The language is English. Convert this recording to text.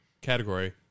category